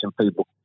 people